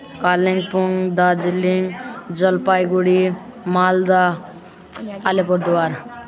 Kalimpong Darjeeling Jalpaiguri Malda Alipurduar